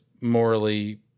morally